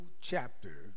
chapter